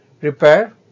repair